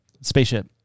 spaceship